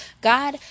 God